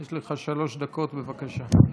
יש לך שלוש דקות, בבקשה.